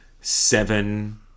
seven